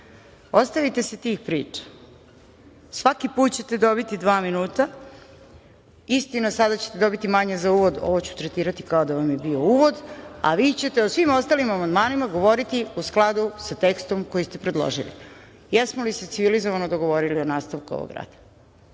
Ostavite se tih priča. Svaki put ćete dobiti dva minuta. Istina, sada ćete dobiti manje za uvod. Ovo ću tretirati kao da vam je bio uvod, a vi ćete o svim ostalim amandmanima govoriti u skladu sa tekstom koji ste predložili. Da li smo se civilizovano dogovorili o nastavku ovog rada?